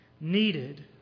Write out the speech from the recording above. needed